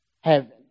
heaven